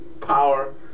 power